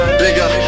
bigger